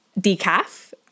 decaf